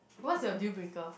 what's your deal breaker